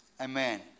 Amen